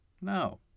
No